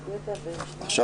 בשעה